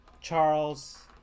charles